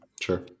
Sure